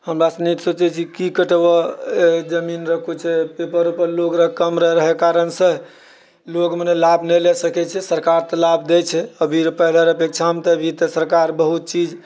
हमरासनी सोचैत छी की कटेबै जमीन र किछु पेपर उपर लोग र कम रहयके कारणसँ लोग मने लाभ नहि लए सकैत छै सरकार तऽ लाभ दैत छै अभी पहिलेके अपेक्षामे तऽ अभी तऽ सरकार बहुत चीज